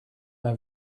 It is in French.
m’a